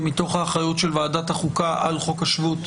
ומתוך האחריות של ועדת החוקה על חוק השבות.